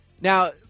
Now